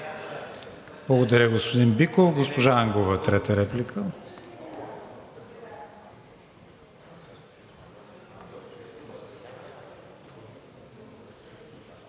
Благодаря, господин Биков. Госпожа Ангова за трета реплика.